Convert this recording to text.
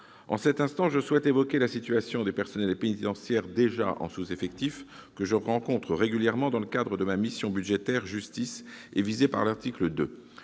En cet instant, je souhaite évoquer la situation des personnels pénitentiaires, déjà en sous-effectif- je les rencontre régulièrement dans le cadre de la mission budgétaire « Justice »-, et visés par l'article 2.